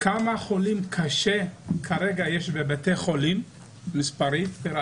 כמה חולים קשה יש כרגע בבתי החולים וכמה